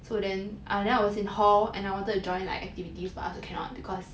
so then I then I was in hall and I wanted to join like activities but also cannot because